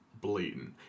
blatant